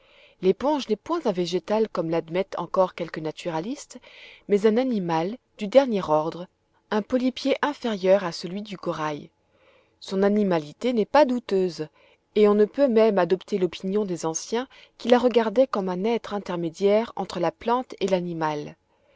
l'éponge n'est point un végétal comme l'admettent encore quelques naturalistes mais un animal du dernier ordre un polypier inférieur à celui du corail son animalité n'est pas douteuse et on ne peut même adopter l'opinion des anciens qui la regardaient comme un être intermédiaire entre la plante et l'animal